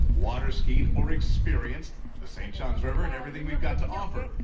water skied or experienced the st. johns river and everything we've got to offer.